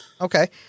Okay